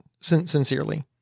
sincerely